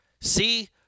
See